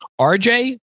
RJ